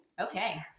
okay